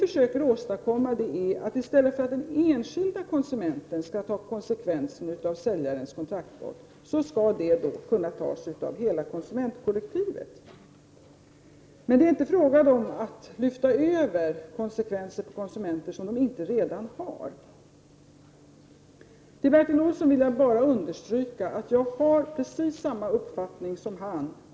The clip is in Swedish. I stället för att den enskilde konsumenten skall ta konsekvenserna av säljarens kontraktsbrott försöker vi åstadkomma att de skall kunna tas av hela konsumentkollektivet. Det är inte fråga om att på konsumenterna lyfta över konsekvenser som de inte redan tar. För Martin Olsson vill jag bara understryka att jag har precis samma uppfattning som han.